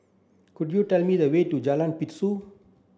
could you tell me the way to Jalan Pintau